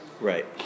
Right